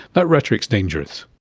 that rhetoric is dangerous.